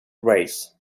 race